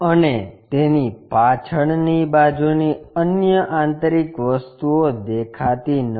અને તેની પાછળની બાજુની અન્ય આંતરિક વસ્તુઓ દેખાતી નથી